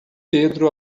pedro